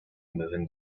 moving